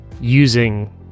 using